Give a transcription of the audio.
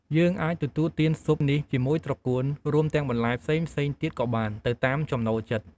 យើងអាចទទួលទានស៊ុបនេះជាមួយត្រកួន រួមទាំងបន្លែផ្សេងៗទៀតក៏បាន ទៅតាមចំណូលចិត្ត។